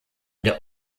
der